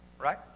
right